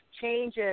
changes